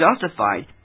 justified